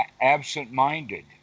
absent-minded